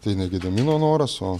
tai ne gedimino noras o